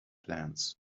plans